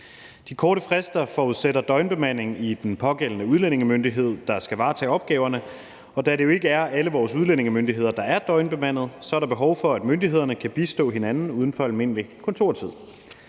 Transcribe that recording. De korte frister forudsætter døgnbemanding i den pågældende udlændingemyndighed, der skal varetage opgaverne, og da det jo ikke er alle vores udlændingemyndigheder, der er døgnbemandet, så er der behov for, at myndighederne kan bistå hinanden uden for almindelig kontortid.